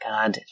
God